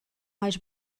mais